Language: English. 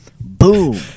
Boom